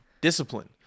Discipline